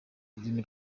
ururimi